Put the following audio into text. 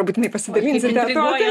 būtinai pasidalinsite tokią